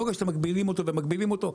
ברגע שאתם מגבילים אותו ומגבילים אותו,